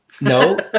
no